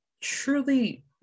truly